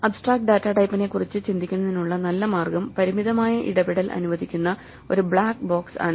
abstract data ടൈപ്പിനെക്കുറിച്ച് ചിന്തിക്കുന്നതിനുള്ള നല്ല മാർഗ്ഗം പരിമിതമായ ഇടപെടൽ അനുവദിക്കുന്ന ഒരു ബ്ലാക്ക് ബോക്സ് ആണ്